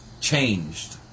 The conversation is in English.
changed